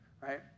right